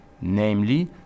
namely